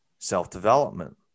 Self-development